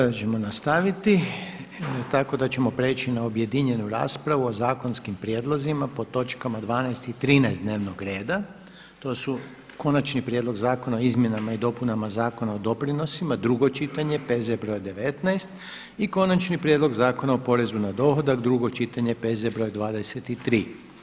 Sada ćemo nastaviti tako da ćemo preći na objedinjenu raspravu o zakonskim prijedlozima po točkama 12. i 13. dnevnog reda to su: - Konačni prijedlog Zakona o izmjenama i dopunama Zakona o doprinosima, drugo čitanje, P.Z.BR.19 i - Konačni prijedlog zakona o porezu na dohodak, drugo čitanje, P.Z.BR.23.